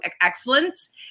excellence